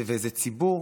זה ציבור